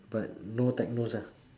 but no techno lah